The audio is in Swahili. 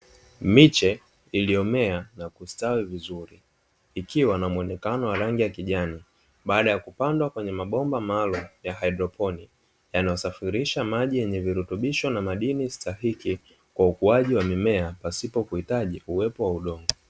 Miche iliyomea na kustawi vizuri ikiwa na mwonekano wa rangi ya kijani baada ya kupandwa kwenye mabomba maalumu ya hydroponi, yanayosafirisha maji yenye virutubisho na madini stahiki kwa ukuaji wa mimea pasipo kuhitaji uwepo wa udongo.